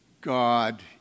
God